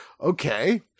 Okay